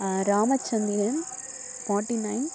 Ramachandran forty nine